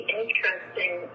interesting